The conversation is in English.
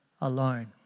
alone